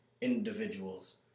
individuals